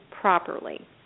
properly